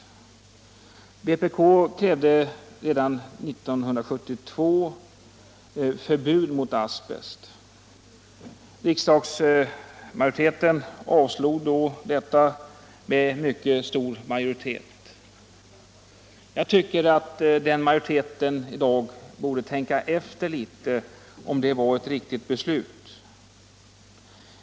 Vpk krävde redan 1972 förbud mot asbest. Riksdagsmajoriteten avslog då detta med mycket stor majoritet. Jag tycker att den majoriteten i dag borde tänka efter litet om det var ett riktigt beslut.